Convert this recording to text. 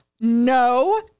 no